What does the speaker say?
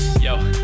Yo